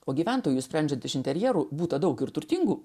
o gyventojų sprendžiant iš interjerų būta daug ir turtingų